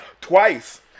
Twice